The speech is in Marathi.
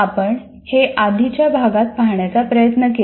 आपण हे आधीच्या भागात पाहण्याचा प्रयत्न केला